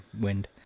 wind